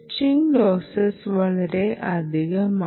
switching losses വളരെ അധികമാണ്